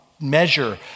measure